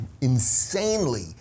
insanely